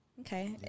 Okay